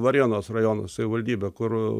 varėnos rajono savivaldybę kur